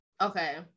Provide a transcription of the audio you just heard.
Okay